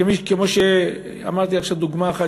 כמו שאמרתי עכשיו דוגמה אחת,